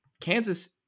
Kansas